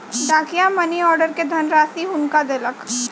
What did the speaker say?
डाकिया money order के धनराशि हुनका देलक